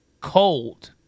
cold